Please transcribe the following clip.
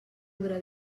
podrà